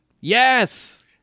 Yes